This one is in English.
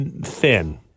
thin